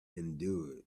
endure